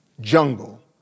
jungle